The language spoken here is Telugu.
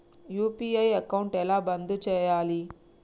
యూ.పీ.ఐ అకౌంట్ ఎలా బంద్ చేయాలి?